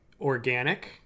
organic